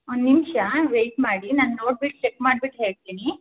ಒಂದು ನಿಮಿಷ ವೆಯ್ಟ್ ಮಾಡಿ ನಾನು ನೋಡ್ಬಿಟ್ಟು ಚೆಕ್ ಮಾಡ್ಬಿಟ್ಟು ಹೇಳ್ತೀನಿ